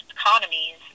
economies